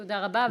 תודה רבה.